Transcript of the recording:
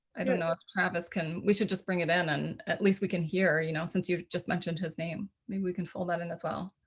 i don't know if travis can. we should just bring it in and at least we can hear, you know since you've just mentioned his name. maybe we can fill that in as well.